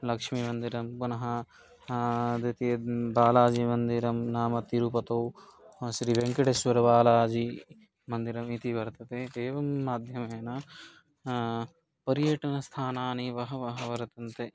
लक्ष्मीमन्दिरं पुनः द्वितीयं बालाजीमन्दिरं नाम तिरुपतौ श्रीवेङ्कटेश्वरबालाजीमन्दिरम् इति वर्तते एवं माध्यमेन पर्यटनस्थानानि बहवः वर्तन्ते